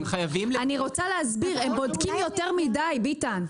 אני רוצה להסביר, הם בודקים יותר מדי, ביטן.